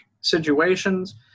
situations